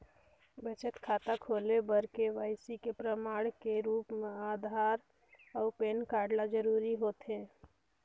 बचत खाता खोले बर के.वाइ.सी के प्रमाण के रूप म आधार अऊ पैन कार्ड ल जरूरी होथे